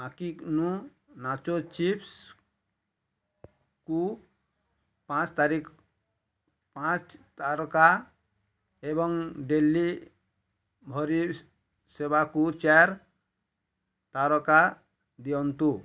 ମାକିନୋ nacho ଚିପ୍ସ୍କୁ ପାଞ୍ଚ ତାରିଖ ପାଞ୍ଚ ତାରକା ଏବଂ ଡେଲିଭରି ସେବାକୁ ଚାରି ତାରକା ଦିଅନ୍ତୁ